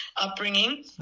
upbringing